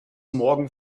morgen